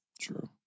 True